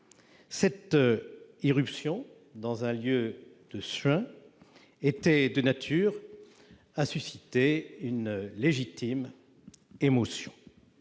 Cette irruption dans un lieu de soins était de nature à susciter une légitime émotion.